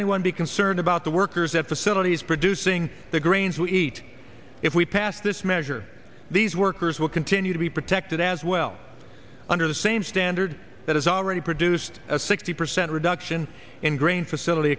anyone be concerned about the workers at the city's producing the grains wheat if we pass this measure these workers will continue to be protected as well under the same standard that has already produced a sixty percent reduction in grain facility